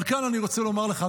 אבל כאן אני רוצה לומר לך,